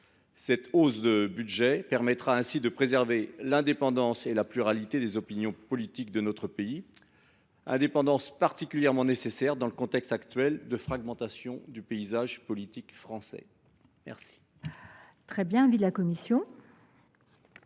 Cette hausse permettra de préserver l’indépendance et la pluralité des opinions politiques dans notre pays, indépendance particulièrement nécessaire dans le contexte actuel de fragmentation du paysage politique français. Quel